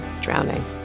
Drowning